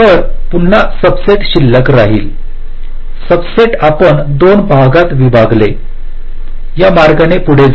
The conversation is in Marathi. तर पुन्हा सबसेट शिल्लक राहील सबसेट आपण 2 भागात विभागले या मार्गाने पुढे जा